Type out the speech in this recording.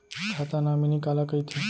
खाता नॉमिनी काला कइथे?